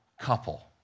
couple